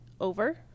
over